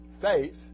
faith